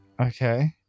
Okay